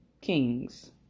kings